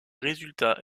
résultats